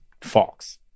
Fox